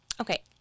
Okay